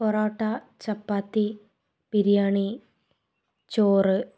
പൊറോട്ട ചപ്പാത്തി ബിരിയാണി ചോറ്